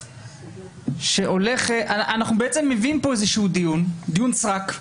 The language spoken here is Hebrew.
אנחנו מביאים פה איזה דיון, דיון סרק,